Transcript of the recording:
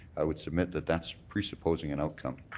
i would submit that that's presupposing an outcome.